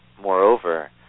Moreover